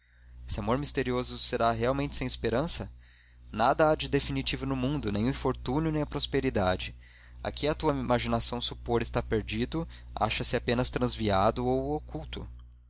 esse amor misterioso será realmente sem esperança nada há definitivo no mundo nem o infortúnio nem a prosperidade o que a tua imaginação supõe estar perdido acha-se apenas transviado ou oculto